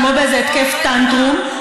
כמו באיזה התקף טנטרום.